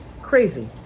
crazy